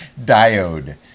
Diode